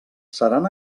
seran